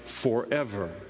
forever